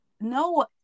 no